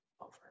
Over